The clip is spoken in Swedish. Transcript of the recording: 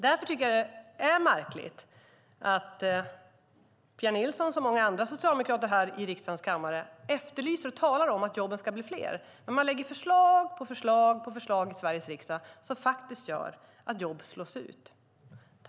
Därför tycker jag att det är märkligt att Pia Nilsson, som många andra socialdemokrater här i riksdagens kammare, efterlyser och talar om att jobben ska bli fler. Men man lägger förslag, på förslag i Sveriges riksdag som faktiskt gör att jobb slås ut.